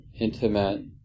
intimate